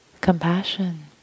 Compassion